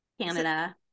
Canada